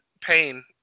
pain